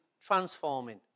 transforming